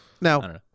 Now